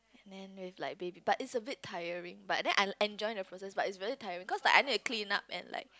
and with like maybe but it's a bit tiring but then I I enjoying the process but it's really tiring cause I like need to clean up and like